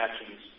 actions